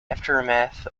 aftermath